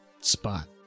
spot